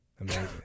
Amazing